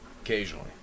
occasionally